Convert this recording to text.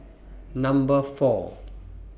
Number four